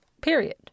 Period